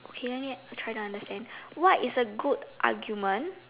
okay then let's try to understand what is a good argument